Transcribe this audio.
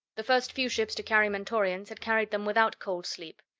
the first few ships to carry mentorians had carried them without cold-sleep,